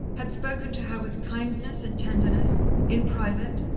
had spoken to her with kindness and tenderness in private,